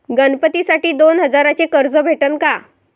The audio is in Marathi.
गणपतीसाठी दोन हजाराचे कर्ज भेटन का?